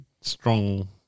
strong